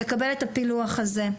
לקבל את הפילוח הזה,